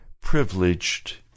privileged